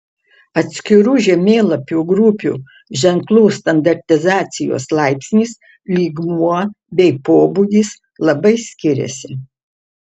atskirų žemėlapių grupių ženklų standartizacijos laipsnis lygmuo bei pobūdis labai skiriasi